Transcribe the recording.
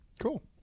Cool